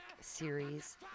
series